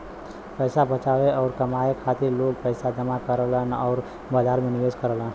पैसा बचावे आउर कमाए खातिर लोग पैसा जमा करलन आउर बाजार में निवेश करलन